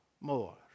more